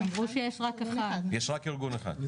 יש רק ארגון אחד.